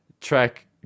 track